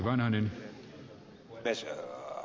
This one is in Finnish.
arvoisa puhemies